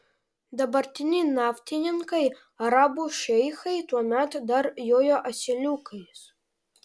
dabartiniai naftininkai arabų šeichai tuomet dar jojo asiliukais